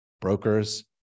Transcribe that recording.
brokers